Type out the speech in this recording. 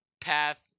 path